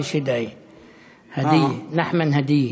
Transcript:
נחמן הדייה.